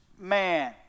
man